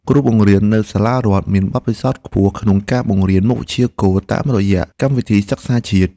គ្រូបង្រៀននៅសាលារដ្ឋមានបទពិសោធន៍ខ្ពស់ក្នុងការបង្រៀនមុខវិជ្ជាគោលតាមកម្មវិធីសិក្សាជាតិ។